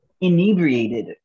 inebriated